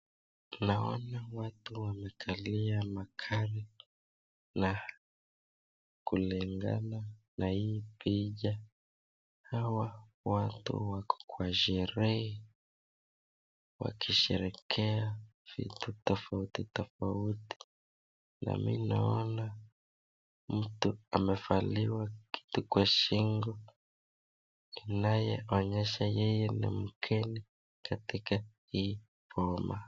Naona watu wamekalia magari na kulingana na hii picha hawa watu wako kwa sherehe wakisherehekea vitu tofauti tofauti. Na ninaona mtu amevaliwa kitu kwa shingo inayoonyesha yeye ni mkenya katika hii boma.